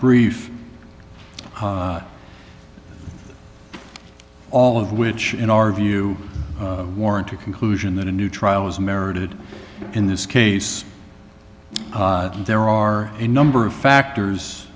brief all of which in our view warrant a conclusion that a new trial is merited in this case there are a number of factors